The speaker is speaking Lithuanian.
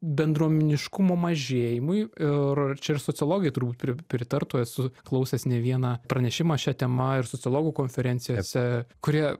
bendruomeniškumo mažėjimui ir čia ir sociologai turbūt pri pritartų esu klausęs ne vieną pranešimą šia tema ir sociologų konferencijose kurie